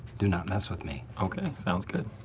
do not mess with me. ok, sounds good.